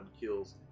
kills